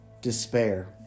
despair